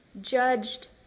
judged